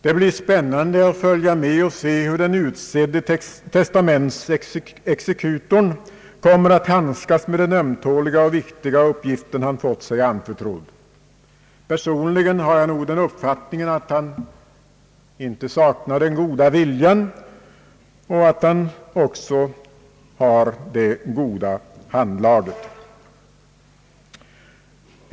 Det blir spännande att följa med och observera hur den utsedde »testamentsexekutorn» kommer att handskas med den ömtåliga och viktiga uppgift han fått sig anförtrodd. Personligen har jag uppfattningen att han inte saknar den goda viljan och att han också har det goda handlaget.